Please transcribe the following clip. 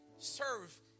Serve